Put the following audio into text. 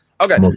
Okay